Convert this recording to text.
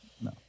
No